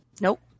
Nope